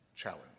challenge